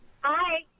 Hi